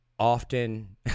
Often